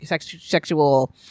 sexual